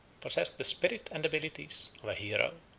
possessed the spirit and abilities of a hero.